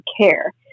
care